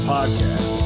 Podcast